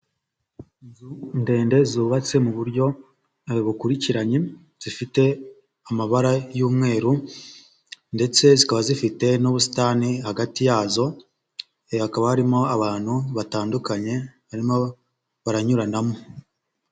Inzu ndende zubatse mu buryo bukurikiranye, zifite amabara y'umweru ndetse zikaba zifite n'ubusitani hagati yazo, hakaba harimo abantu batandukanye barimo baranyuranamo.